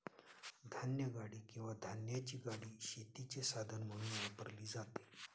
धान्यगाडी किंवा धान्याची गाडी शेतीचे साधन म्हणून वापरली जाते